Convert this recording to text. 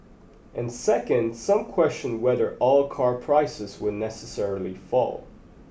and second some question whether all car prices will necessarily fall